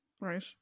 Right